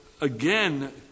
again